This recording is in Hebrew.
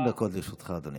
20 דקות לרשותך, אדוני.